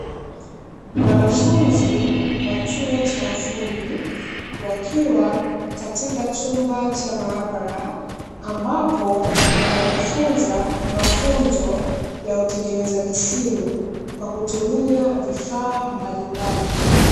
Wanafunzi wa chuo cha ufundi wakiwa katika chumba cha maabara ambapo wanajifunza mafunzo ya utengenezaji simu kwa kutumia vifaa mbalimbali.